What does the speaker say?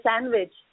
sandwich